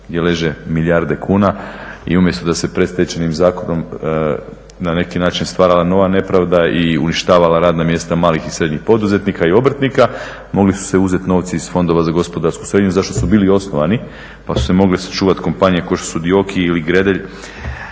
gdje leže milijarde kuna i umjesto da se Predstečajnim zakonom na neki način stvarala nova nepravda i uništavala radna mjesta malih i srednjih poduzetnika i obrtnika mogli su se uzeti novci iz Fondova za gospodarsku srednju, za što su bili osnovani pa su se mogli sačuvati kompanije kao što su DIOKI ili Gredelj.